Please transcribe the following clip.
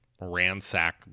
ransack